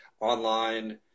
online